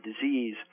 disease